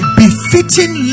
befitting